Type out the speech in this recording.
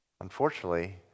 unfortunately